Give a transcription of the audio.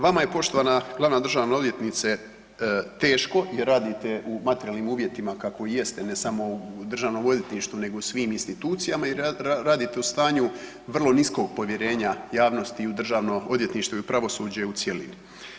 Vama je poštovana glavna državna odvjetnice teško jer radite u materijalnim uvjetima kako i jeste ne samo u državnom odvjetništvu nego u svim institucijama i radite u stanju vrlo niskog povjerenja javnosti i u državno odvjetništvo i u pravosuđe u cjelini.